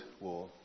War